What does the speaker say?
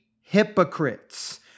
hypocrites